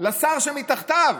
לשר שמתחתיו,